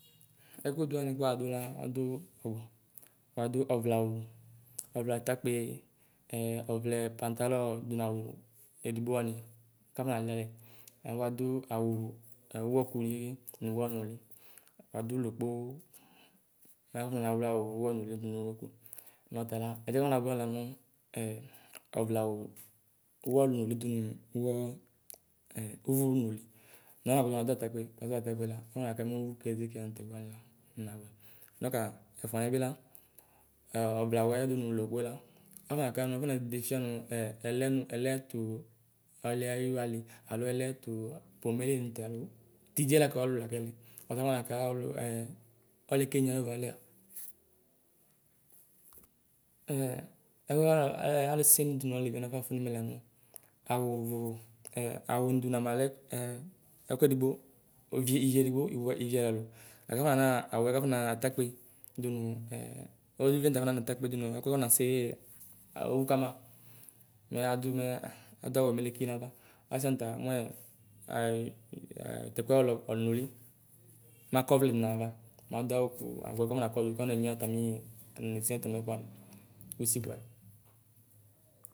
Ɛkuduwani kuwadula''adulukpo''. Wuadu ɔvlɛawu, ɔvlɛatakpee,ɛ ɔvlɛpaŋtalɔŋ du nawu edgbowani kanalɛ. wanadu awu uɣlokuni nuɣlo ɔnuli, wuadu lokpoo kafɔna wlɛ awu uɣloɔnuli du nuɣloku. Nɔtala, ɛdiɛ kunaduɛ la nu ɔvlɛawu uwɔnuli dunu uvunuli. kaa nadu atakpe nadu atakpe la mafɔna kana ukloa nɛkuwanila laku nawla. ''Dɔkaa'' ɛfuaniɛ bila,ɛ ɔvlɛ awuɛ ni ni lokpoe la afɔna nu nu ku nedefia nu ɛlɛ ɛlɛ tuu ɔluɛ ayalu alo ɛlɛ tuu pomɛli mutɛalu. tidʒɛlakuɔlu lakɛlɛ. akafonaka ɛ ɔliɛ''kenye'' ayu''valɛɛ''. A A alusemu du naleviwa niafɔnafu nu nɛ lanu awuvu ɛ awu nudu namalɛ ɛ ɛkuedigbo. ovi iviedigbo iviɛluɛlu akafɔnana awuɛ kafɔnana lanu atakpe du nu ɛ o eliviwani tafɔnana atakpe dunu ɛkuɛ kafona ''sɛyee'' a a uvu kama mɛ adumɛ adualɔ mɛ leki nava. Asianita omɔɛ ɛɛ tɛkuɛɔnuli, makɔvlɛdu nalɔ. maduawu awue kafɔna kɔdu kama natamii